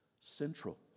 central